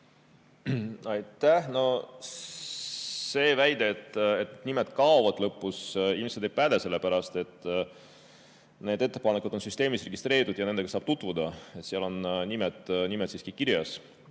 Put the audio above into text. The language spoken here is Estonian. See väide, et nimed kaovad lõpust, ilmselt ei päde, sellepärast et need ettepanekud on süsteemis registreeritud ja nendega saab tutvuda, seal on nimed siiski kirjas. Nüüd,